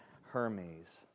Hermes